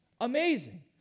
Amazing